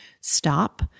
stop